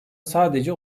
sadece